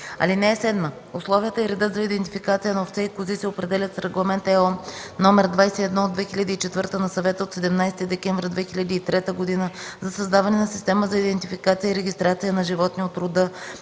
(7) Условията и редът за идентификация на овце и кози се определят с Регламент (ЕО) № 21/2004 на Съвета от 17 декември 2003 г. за създаване на система за идентификация и регистрация на животни от рода